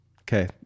okay